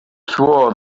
swore